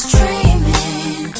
Dreaming